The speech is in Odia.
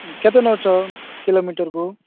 କେତେ ନଉଛ କିଲୋମିଟରକୁ